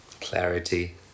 clarity